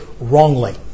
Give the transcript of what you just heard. wrongly